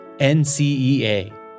NCEA